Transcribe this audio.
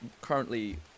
currently